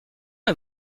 est